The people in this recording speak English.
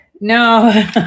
no